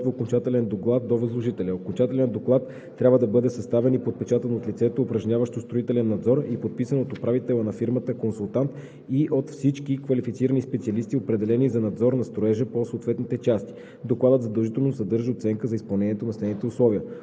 окончателен доклад до възложителя. Окончателният доклад трябва да бъде съставен и подпечатан от лицето, упражняващо строителен надзор и подписан от управителя на фирмата консултант, и от всички квалифицирани специалисти, определени за надзор на строежа по съответните части. Докладът задължително съдържа оценка за изпълнението на следните условия: